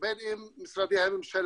ובין אם משרדי הממשלה.